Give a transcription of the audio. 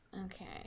Okay